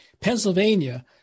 Pennsylvania